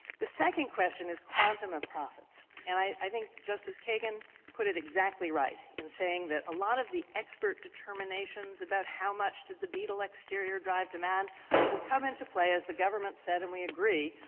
the second question is quantum of profits. and i think justice kagan put it exactly right in saying that a lot of the expert determinations about how much did the beetle exterior drive demand will come into play, as the government said and we agree,